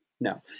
No